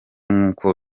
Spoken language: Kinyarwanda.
nkuko